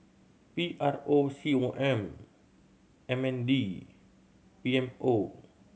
P R O C O M M N D P M O